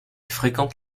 fréquente